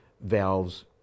valves